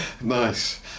Nice